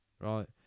right